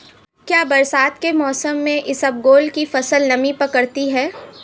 क्या बरसात के मौसम में इसबगोल की फसल नमी पकड़ती है?